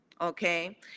okay